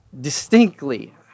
distinctly